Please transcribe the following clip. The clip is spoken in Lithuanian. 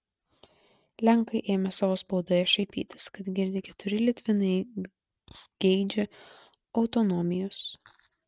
lenkai ėmė savo spaudoje šaipytis kad girdi keturi litvinai geidžia autonomijos